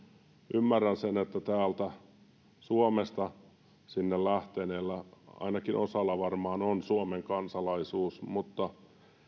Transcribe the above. ymmärrän sen että täältä suomesta sinne lähteneillä ainakin osalla varmaan on suomen kansalaisuus mutta